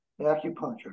acupuncture